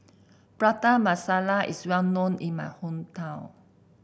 Prata Masala is well known in my hometown